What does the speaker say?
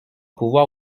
pouvoir